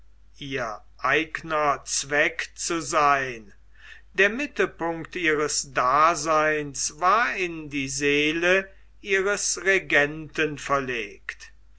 ihr eigener zweck zu sein der mittelpunkt ihres daseins war in die seele ihres regenten verlegt